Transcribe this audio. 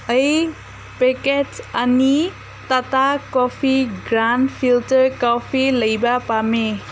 ꯑꯩ ꯄꯦꯛꯀꯦꯠꯁ ꯑꯅꯤ Tata coffee grand filter coffee ꯂꯩꯕ ꯄꯥꯝꯃꯤ